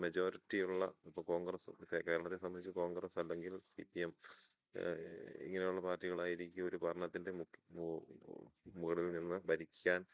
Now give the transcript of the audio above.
മെജോരിറ്റിയുള്ള ഇപ്പം കോൺഗ്രസ് കേരളത്തെ സംബന്ധിച്ചു കോൺഗ്രസ് അല്ലെങ്കിൽ സി പി എം ഇങ്ങനെയുള്ള പാർട്ടികളായിരിക്കും ഒരു ഭരണത്തിൻ്റെ മുകളിൽ നിന്ന് ഭരിക്കാൻ